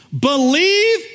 believe